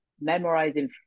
memorizing